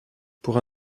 pour